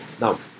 Now